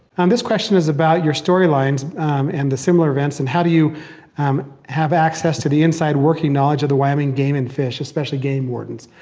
um this question is about your story lines and the similar events and how do you um have access to the inside working knowledge of the wyoming game and fish, especially game wardens.